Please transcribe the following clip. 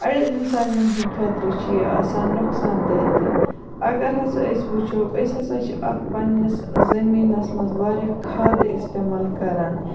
اَڑٮ۪ن اِنسانَن ہِنٛدۍ خٲطرٕ چھُ یہِ آسان نۄقصان دیٚہ تہِ اَگَر ہَسا أسۍ وٕچھو أسۍ ہَسا چھِ اتھ پَننِس زٔمیٖنَس مَنٛز واریاہ کھادٕ اِستعمال کَران